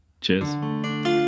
cheers